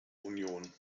union